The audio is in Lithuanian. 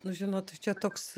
nu žinot čia toks